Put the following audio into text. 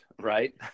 right